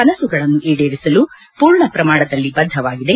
ಕನಸುಗಳನ್ನು ಈಡೇರಿಸಲು ಪೂರ್ಣ ಪ್ರಮಾಣದಲ್ಲಿ ಬದ್ದವಾಗಿದೆ